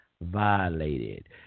violated